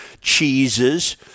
cheeses